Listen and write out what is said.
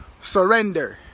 surrender